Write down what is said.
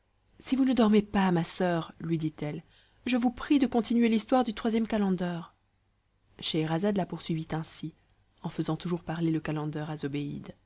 si vous ne dormez pas je vous supplie de continuer l'histoire du second calender scheherazade la reprit de cette manière madame poursuivit le calender